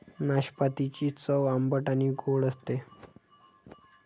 नाशपातीची चव आंबट आणि गोड असते